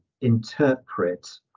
interpret